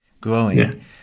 growing